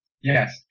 Yes